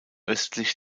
östlich